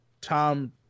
Tom